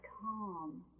calm